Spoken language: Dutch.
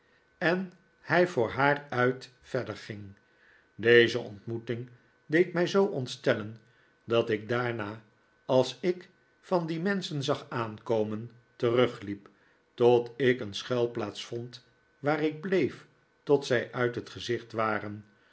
en hij voor haar uit verder ging deze ontmoeting deed mij zoo ontstellen dat ik daarna als ik van die menschen zag aankomen terugliep tot ik een schuilplaats vond waar ik bleef tot zij uit het gezicht waren